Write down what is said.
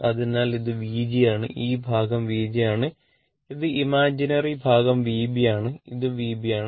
അതിനാൽ ഇത് V g ആണ് ഈ ഭാഗം V g ആണ് ഇത് ഇമാജിൻറി ഭാഗം Vb ആണ് ഇത് Vb ആണ്